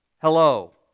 hello